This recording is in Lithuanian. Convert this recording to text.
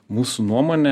mūsų nuomone